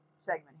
segment